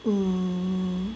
mm